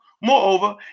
moreover